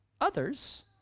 Others